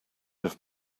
have